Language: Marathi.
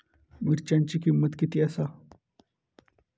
मिरच्यांची किंमत किती आसा?